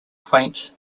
quaint